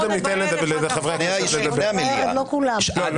יש עוד